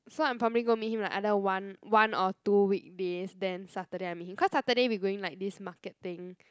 so I'm probably going to meet him like either one one or two weekdays then Saturday I meet him cause Saturday we going like this market thing